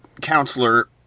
counselor